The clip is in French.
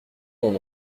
mon